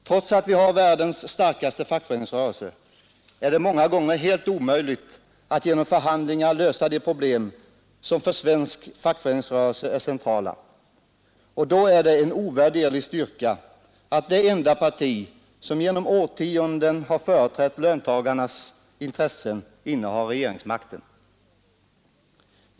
Trots att vi har världens starkaste fackföreningsrörelse är det många gånger helt omöjligt att genom förhandlingar lösa de problem som för svensk fackföreningsrörelse är centrala, och då är det en ovärderlig styrka att det enda parti som genom årtionden har företrätt löntagarnas intressen innehar regeringsmakten.